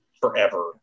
forever